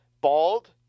bald